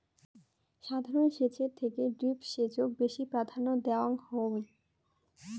সাধারণ সেচের থেকে ড্রিপ সেচক বেশি প্রাধান্য দেওয়াং হই